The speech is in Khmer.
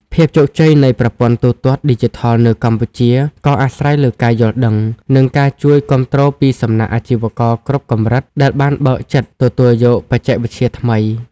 ភាពជោគជ័យនៃប្រព័ន្ធទូទាត់ឌីជីថលនៅកម្ពុជា ក៏អាស្រ័យលើការយល់ដឹង និងការជួយគាំទ្រពីសំណាក់អាជីវករគ្រប់កម្រិត ដែលបានបើកចិត្តទទួលយកបច្ចេកវិទ្យាថ្មី។